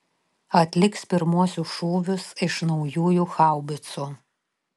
atliks pirmuosius šūvius iš naujųjų haubicų